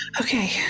okay